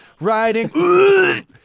riding